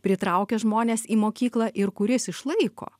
pritraukia žmones į mokyklą ir kuris išlaiko